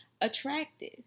attractive